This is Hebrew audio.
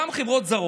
גם של חברות זרות.